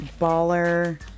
baller